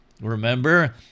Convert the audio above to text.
remember